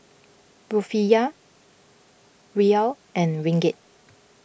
Rufiyaa Riyal and Ringgit